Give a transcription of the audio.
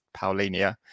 Paulinia